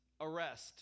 arrest